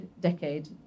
decade